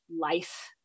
life